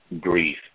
grief